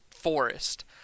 forest